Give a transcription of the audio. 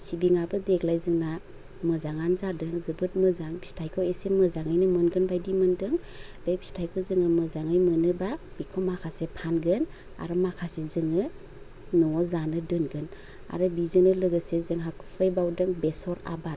सिबिङाबो देग्लाय जोंना मोजाङानो जादों जोबोद मोजां फिथाइखौ एसे मोजाङैनो मोनगोन बायदि मोनदों बे फिथाइखौ जोङो मोजाङै मोनोबा बेखौ माखासे फानगोन आरो माखासे जोङो न'वाव जानो दोनगोन आरो बेजोंनो लोगोसे जोंहा खुबैबावदों बेसर आबाद